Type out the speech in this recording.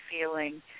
feeling